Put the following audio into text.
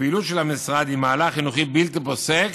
הפעילות של המשרד היא מהלך חינוכי בלתי פוסק,